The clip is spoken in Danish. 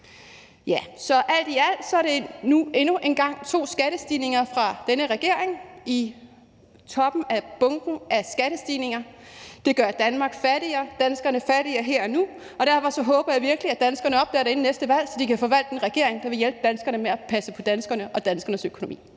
Så alt i alt er det to skattestigninger fra denne regering, der bliver lagt oven i af bunken af skattestigninger. Det gør Danmark og danskerne fattigere her og nu, og derfor håber jeg virkelig, at danskerne opdager det inden næste valg, så de kan få valgt en regering, der vil passe på danskerne og danskernes økonomi.